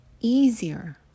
easier